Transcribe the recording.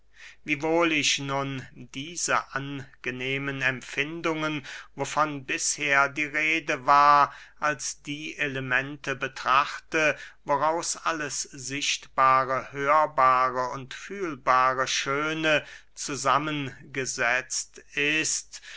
wiewohl ich nun diese angenehmen empfindungen wovon bisher die rede war als die elemente betrachte woraus alles sichtbare hörbare und fühlbare schöne zusammengesetzt ist